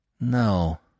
No